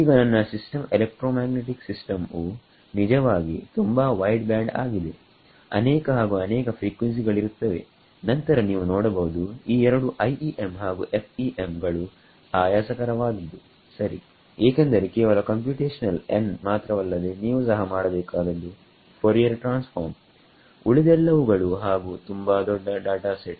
ಈಗ ನನ್ನ system electromagnetic system ವು ನಿಜವಾಗಿ ತುಂಬಾ ವೈಡ್ ಬ್ಯಾಂಡ್ ಆಗಿದೆ ಅನೇಕ ಹಾಗು ಅನೇಕ ಫ್ರೀಕ್ವೆನ್ಸಿ ಗಳಿರುತ್ತವೆ ನಂತರ ನೀವು ನೋಡಬಹುದು ಈ ಎರಡು IEM ಹಾಗು FEM ಗಳು ಆಯಾಸಕರವಾದದ್ದು ಸರಿ ಏಕೆಂದರೆ ಕೇವಲ ಕಂಪ್ಯೂಟೇಶನಲ್ n ಮಾತ್ರವಲ್ಲದೇ ನೀವು ಸಹ ಮಾಡಬೇಕಾದದ್ದು ಫೋರಿಯರ್ ಟ್ರಾನ್ಸ್ ಫಾರ್ಮ್ ಉಳಿದೆಲ್ಲವುಗಳು ಹಾಗು ತುಂಬಾ ದೊಡ್ಡ ಡಾಟಾ ಸೆಟ್